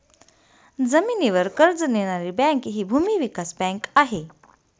जमिनीवर कर्ज देणारी बँक हि भूमी विकास बँक आहे